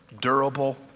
durable